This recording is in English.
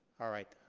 alright,